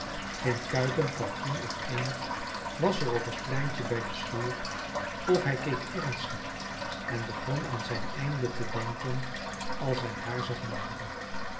geen kuiken kalkoen of eend was er op het pleintje bij de schuur of hij keek ernstig en begon aan zijn einde te denken als hij haar zag naderen